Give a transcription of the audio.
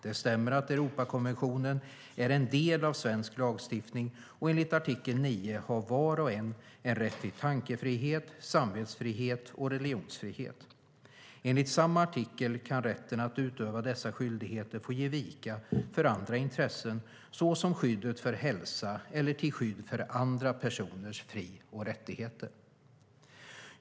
Det stämmer att Europakonventionen är en del av svensk lagstiftning och enligt artikel 9 har var och en rätt till tankefrihet, samvetsfrihet och religionsfrihet. Enligt samma artikel kan rätten att utöva dessa rättigheter få ge vika för andra intressen såsom skyddet för hälsa eller till skydd för andra personers fri och rättigheter.